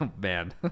man